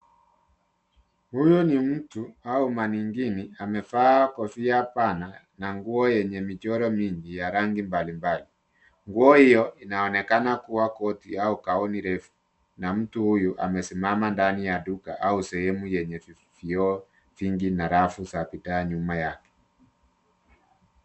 Huyu ni mtu ama maniquini amevaa kofia pana na nguo yenye michoro mingi ya rangi mbalimbali. Nguo hiyo inaonekana kuwa koti au gauni refu na mtu huyo amesimama ndani ya duka au sehemu yenye vioo vingi na rafu za bidhaa nyuma yake.